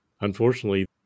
unfortunately